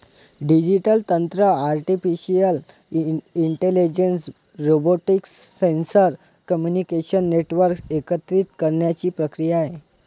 digital तंत्र artificial intelligence, robotics, sensor, communication network एकत्रित करण्याची प्रक्रिया आहे